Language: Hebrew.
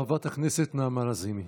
חברת הכנסת נעמה לזימי.